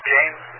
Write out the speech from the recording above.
James